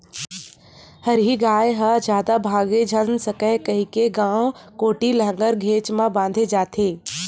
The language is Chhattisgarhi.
हरही गाय ह जादा भागे झन सकय कहिके गाँव कोती लांहगर घेंच म बांधे जाथे